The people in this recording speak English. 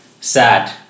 sad